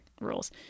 rules